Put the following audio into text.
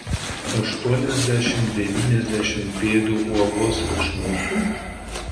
aštuoniasdešimt devyniasdešimt pėdų uolos virš mūsų